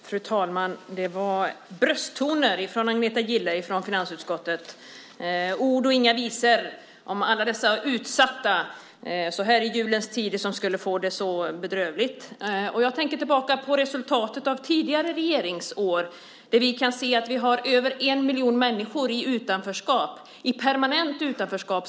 Fru talman! Det var brösttoner från Agneta Gille från finansutskottet. Ord och inga visor om alla dessa utsatta så här i julens tid som skulle få det så bedrövligt. Jag tänker tillbaka på resultatet av tidigare regeringsår. Vi kan se att vi har över en miljon människor i permanent utanförskap.